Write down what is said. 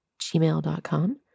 gmail.com